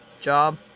job